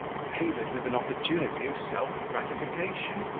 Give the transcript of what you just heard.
favoured with an opportunity of self-gratification,